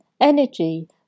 energy